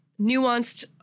nuanced